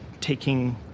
taking